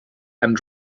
and